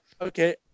Okay